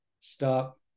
Stop